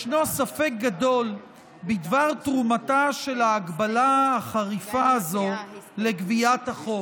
ספק גדול בדבר תרומתה של ההגבלה החריפה הזו לגביית החוב.